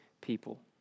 people